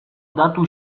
datu